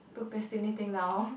procrastinating now